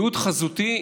ויעוד חזותי,